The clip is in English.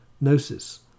gnosis